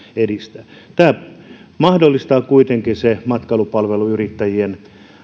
edistää tämä mahdollistaa kuitenkin sen matkailupalveluyrittäjien